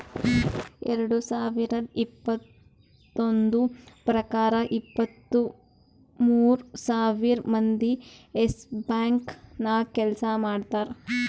ಎರಡು ಸಾವಿರದ್ ಇಪ್ಪತ್ತೊಂದು ಪ್ರಕಾರ ಇಪ್ಪತ್ತು ಮೂರ್ ಸಾವಿರ್ ಮಂದಿ ಯೆಸ್ ಬ್ಯಾಂಕ್ ನಾಗ್ ಕೆಲ್ಸಾ ಮಾಡ್ತಾರ್